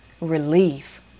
relief